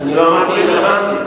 אני לא אמרתי הזדקנתי.